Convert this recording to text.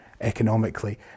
economically